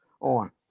on